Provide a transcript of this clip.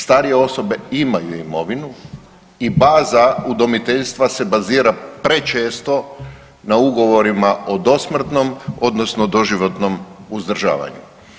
Starije osobe imaju imovinu i baza udomiteljstva se bazira prečesto na ugovorima o dosmrtnom odnosno doživotnom uzdržavanju.